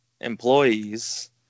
employees